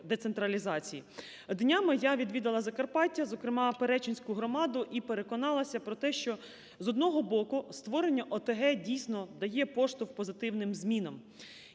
Днями я відвідала Закарпаття, зокремаПеречинську громаду, і переконалася про те, що, з одного боку, створення ОТГ, дійсно, дає поштовх позитивним змінам,